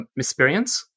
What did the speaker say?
*Misperience*